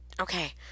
Okay